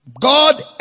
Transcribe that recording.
God